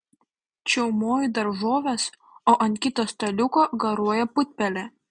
čiaumoji daržoves o ant kito staliuko garuoja putpelė